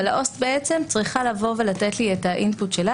אבל העובד הסוציאלי צריך לתת לי את האימפוט שלו,